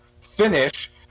finish